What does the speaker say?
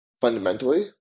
fundamentally